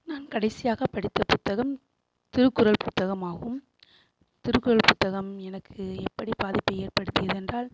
நான் கடைசியாக படித்த புத்தகம் திருக்குறள் புத்தகம் ஆகும் திருக்குறள் புத்தகம் எனக்கு எப்படி பாதிப்பை ஏற்படுத்தியது என்றால்